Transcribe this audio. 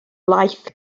laeth